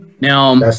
Now